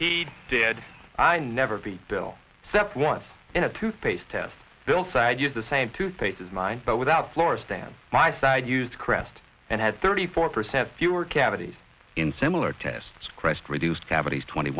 he did i never beat bill cept once in a toothpaste test hillside used the same toothpaste is mine but without floors than my side used crest and had thirty four percent fewer cavities in similar tests christ reduced cavities twenty